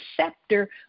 scepter